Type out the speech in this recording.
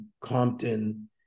Compton